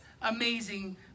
amazing